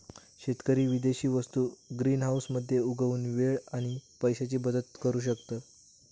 शेतकरी विदेशी वस्तु ग्रीनहाऊस मध्ये उगवुन वेळ आणि पैशाची बचत करु शकता